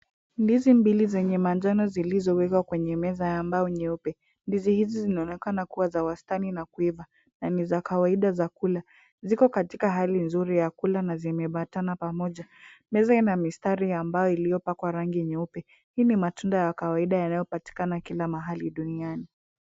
Ndizi mbili zenye manjano zilizowekwa kwenye meza ya mbao nyeupe. Ndizi hizi zinaonekana kuwa za wastani na kuiva na ni za kawaida za kula. Ziko katika hali nzuri ya kula na zimebatana pamoja. Meza ina mistari ya mbao iliyopakwa rangi nyeupe. Hii ni matunda ya kawaida yanayopatikana kila mahali duniani.